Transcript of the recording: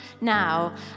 now